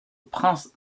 prince